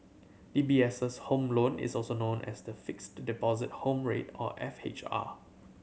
D B S' Home Loan is known as the Fixed Deposit Home Rate or F H R